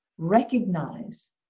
recognize